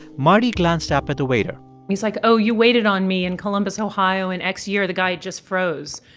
marty glanced up at the waiter he's like, oh, you waited on me in columbus, ohio in x year. the guy just froze.